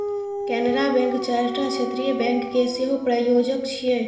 Canara Bank चारिटा क्षेत्रीय bank के सेहो प्रायोजक छियै